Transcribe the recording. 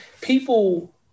people